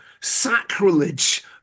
sacrilege